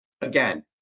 again